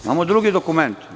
Imamo drugi dokument.